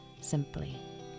simply